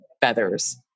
feathers